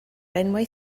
enwau